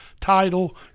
title